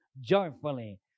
joyfully